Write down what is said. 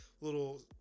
little